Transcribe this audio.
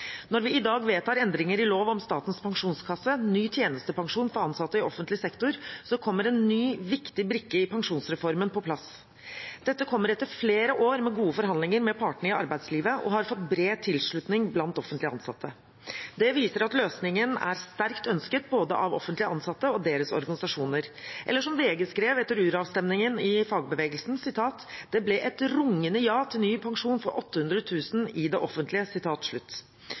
Når vi i dag vedtar endringer i lov om Statens pensjonskasse, ny tjenestepensjon for ansatte i offentlig sektor, kommer det en ny, viktig brikke i pensjonsreformen på plass. Dette kommer etter flere år med gode forhandlinger med partene i arbeidslivet og har fått bred tilslutning blant offentlig ansatte. Det viser at løsningen er sterkt ønsket både av offentlig ansatte og av deres organisasjoner – eller som VG skrev etter uravstemningen i fagbevegelsen: «Det ble rungende ja til ny pensjon for 800 000 i det offentlige.»